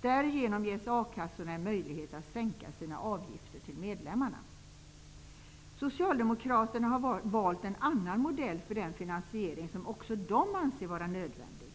Därigenom ges a-kassorna en möjlighet att sänka medlemmarnas avgifter. Socialdemokraterna har valt en annan modell för den finansiering som också de anser vara nödvändig.